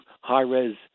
high-res